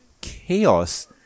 chaos